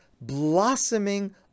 blossoming